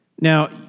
Now